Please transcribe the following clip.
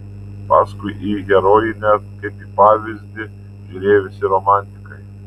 paskui į herojinę kaip į pavyzdį žiūrėjo visi romantikai